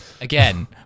Again